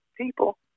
people